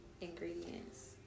ingredients